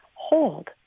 hold